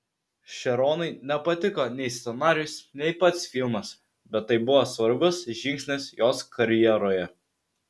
šeronai nepatiko nei scenarijus nei pats filmas bet tai buvo svarbus žingsnis jos karjeroje